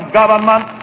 government